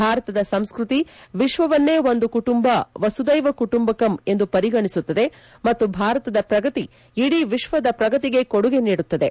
ಭಾರತದ ಸಂಸ್ಟ್ತಿ ವಿಶ್ವವನ್ನೇ ಒಂದು ಕುಟುಂಬ ವಸುದ್ವೆವ ಕುಟುಂಬಕಂ ಎಂದು ಪರಿಗಣಿಸುತ್ತದೆ ಮತ್ತು ಭಾರತದ ಪ್ರಗತಿ ಇಡೀ ವಿಶ್ವದ ಪ್ರಗತಿಗೆ ಕೊಡುಗೆ ನೀಡುತ್ತದೆ